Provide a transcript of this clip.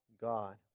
God